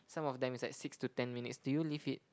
some of them is like six to ten minutes do you leave it